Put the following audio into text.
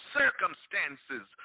circumstances